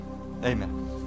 Amen